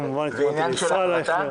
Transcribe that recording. כמובן התכוונתי לישראל אייכלר.